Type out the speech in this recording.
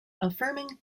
affirming